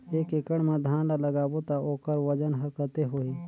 एक एकड़ मा धान ला लगाबो ता ओकर वजन हर कते होही?